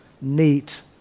neat